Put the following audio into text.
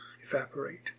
evaporate